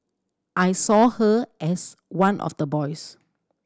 I saw her as one of the boys